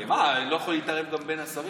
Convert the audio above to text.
מה, אני לא יכול להתערב בין השרים?